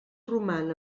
roman